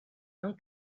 mewn